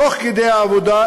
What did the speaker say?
תוך כדי העבודה,